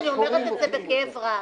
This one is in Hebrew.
אני אומרת את זה בכאב רב.